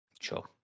Sure